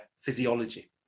physiology